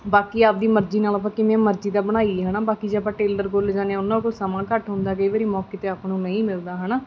ਬਾਕੀ ਆਪਣੀ ਮਰਜ਼ੀ ਨਾਲ ਆਪਾਂ ਕਿਵੇਂ ਮਰਜ਼ੀ ਦਾ ਬਣਾਈਏ ਹੈ ਨਾ ਬਾਕੀ ਜੇ ਆਪਾਂ ਟੇਲਰ ਕੋਲ ਲੈ ਜਾਂਦੇ ਹਾਂ ਉਹਨਾਂ ਕੋਲ ਸਮਾਂ ਘੱਟ ਹੁੰਦਾ ਕਈ ਵਾਰ ਮੌਕੇ 'ਤੇ ਆਪਾਂ ਨੂੰ ਨਹੀਂ ਮਿਲਦਾ ਹੈ ਨਾ